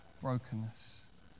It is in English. brokenness